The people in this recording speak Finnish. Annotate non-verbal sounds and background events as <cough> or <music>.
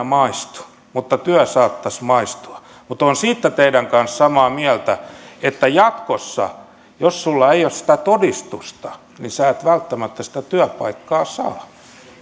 <unintelligible> maistu mutta työ saattaisi maistua mutta olen siitä teidän kanssanne samaa mieltä että jatkossa jos sinulla ei ole sitä todistusta sinä et välttämättä sitä työpaikkaa saa